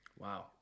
Wow